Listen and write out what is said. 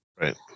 Right